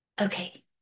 Okay